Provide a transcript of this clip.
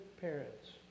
parents